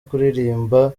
kuririmba